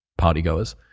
partygoers